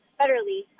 federally